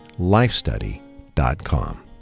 lifestudy.com